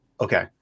okay